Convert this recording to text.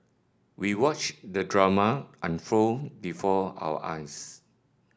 we watched the drama unfold before our eyes